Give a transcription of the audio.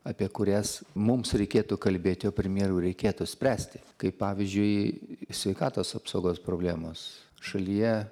apie kurias mums reikėtų kalbėti o premjerui reikėtų spręsti kaip pavyzdžiui sveikatos apsaugos problemos šalyje